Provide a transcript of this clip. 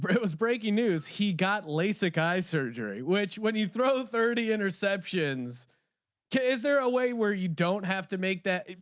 but it was breaking news. he got lasik eye surgery which when you throw thirty interceptions is there a way where you don't have to make that.